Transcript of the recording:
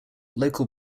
local